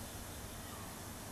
then 我等